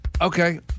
Okay